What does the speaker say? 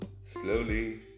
slowly